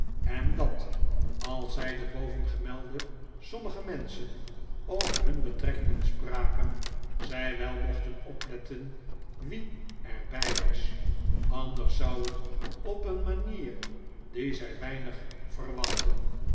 en dat als zij de bovengemelde sommige menschen over hun betrekkingen spraken zij wel mochten opletten wie er bij was anders zou het op een manier die zij weinig verwachtten